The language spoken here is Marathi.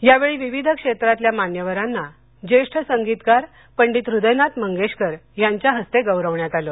यावेळी विविध क्षेत्रातल्या मान्यवरांना ज्येष्ठ संगीतकार पंडित हृदयनाथ मंगेशकर यांच्या हस्ते गौरवण्यात आलं